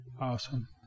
Awesome